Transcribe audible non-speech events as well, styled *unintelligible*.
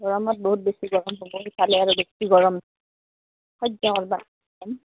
গৰমত বহুত বেছি গৰম হ'ব ইফালে আৰু বেছি গৰম সহ্য কৰিব *unintelligible*